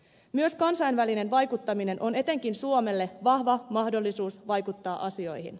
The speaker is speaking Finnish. myös kansainvälinen vaikuttaminen on etenkin suomelle vahva mahdollisuus vaikuttaa asioihin